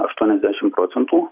aštuoniasdešim procentų